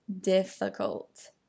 difficult